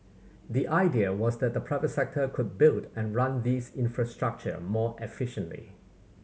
the idea was that the private sector could build and run these infrastructure more efficiently